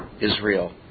Israel